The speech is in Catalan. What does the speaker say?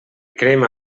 crema